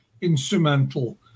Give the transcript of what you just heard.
instrumental